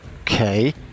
Okay